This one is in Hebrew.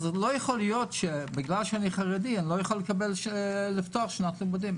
לא יכול להיות שבגלל שאני חרדי אני לא יכול לפתוח שנת לימודים.